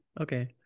Okay